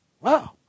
wow